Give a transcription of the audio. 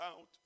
out